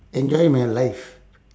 enjoy my life